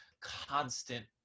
constant